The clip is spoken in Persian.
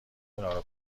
اونارو